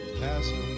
passing